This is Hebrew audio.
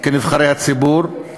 כנבחרי הציבור.